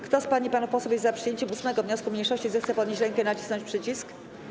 Kto z pań i panów posłów jest za przyjęciem 8. wniosku mniejszości, zechce podnieść rękę i nacisnąć przycisk.